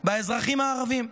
באזרחים הערבים.